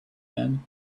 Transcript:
man